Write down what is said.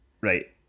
Right